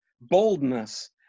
boldness